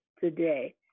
today